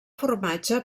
formatge